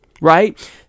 right